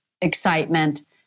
excitement